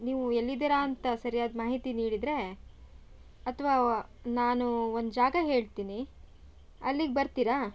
ನೀವು ಎಲ್ಲಿದ್ದೀರಾ ಅಂತ ಸರಿಯಾದ ಮಾಹಿತಿ ನೀಡಿದರೆ ಅಥವಾ ನಾನು ಒಂದು ಜಾಗ ಹೇಳ್ತೀನಿ ಅಲ್ಲಿಗೆ ಬರ್ತೀರಾ